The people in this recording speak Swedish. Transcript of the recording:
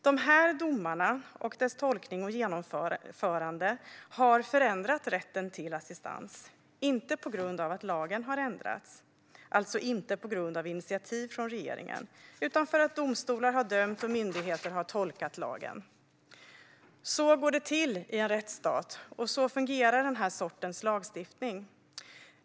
Dessa domar och deras tolkning och genomförande har förändrat rätten till assistans, inte på grund av att lagen har ändrats, alltså inte på grund av initiativ från regeringen, utan för att domstolar har dömt och myndigheter har tolkat lagen. Så går det till i en rättsstat, och så fungerar den här sortens lagstiftning.